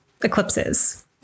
eclipses